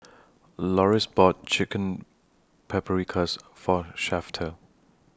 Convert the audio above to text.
Loris bought Chicken Paprikas For Shafter